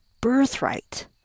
birthright